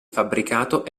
fabbricato